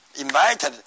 invited